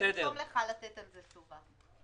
תרשום לך לתת על זה תשובה.